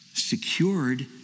Secured